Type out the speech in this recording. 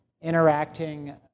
interacting